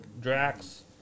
Drax